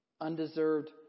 undeserved